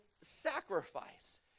sacrifice